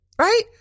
right